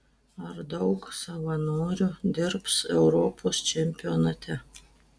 ar daug savanorių dirbs europos čempionate